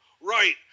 Right